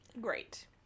Great